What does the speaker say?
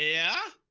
yeah